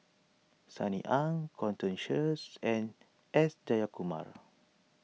Sunny Ang Sheares and S Jayakumar